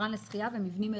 בעיקרן לשחיה ומבנים ארעיים".